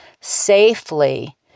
safely